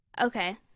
Okay